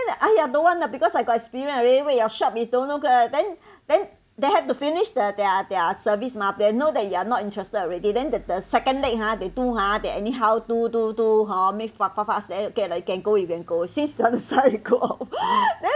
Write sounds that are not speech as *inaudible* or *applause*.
!aiya! don't want lah because I got experience already where your shop we don't go then then they had to finish the their their service mah they know that you are not interested already then the the second leg ha they do ha they anyhow do do do hor make fast fast fast then okay lah you can go you can go see the other side go *laughs* then